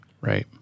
Right